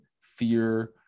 fear